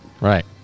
right